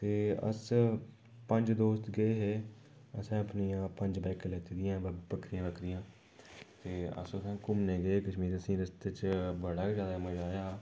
ते अस पंज दोस्त गे हे असें अपनियां पंज बाइकां लैती दियां हियां बक्खरियां बक्खरियां ते अस उत्थे घूमने गै हे रस्ते च बड़ा गै ज्यादा मज़ा आया हा